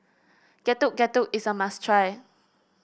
Getuk Getuk is a must try